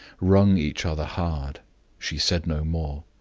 wrung each other hard she said no more.